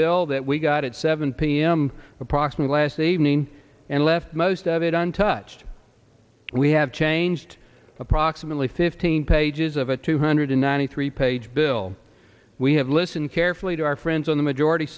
bill that we got at seven p m approximate last evening and left most of it untouched we have changed approximately fifteen pages of a two hundred ninety three page bill we have listened carefully to our friends on the majority